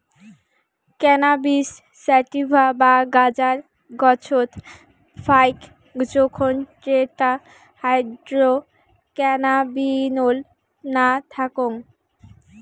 cannabis sativa বা গাঁজার গছত ফাইক জোখন টেট্রাহাইড্রোক্যানাবিনোল না থাকং